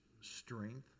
strength